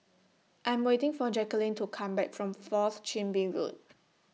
I'm waiting For Jaquelin to Come Back from Fourth Chin Bee Road